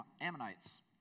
Ammonites